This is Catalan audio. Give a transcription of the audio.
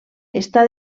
està